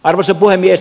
arvoisa puhemies